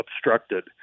obstructed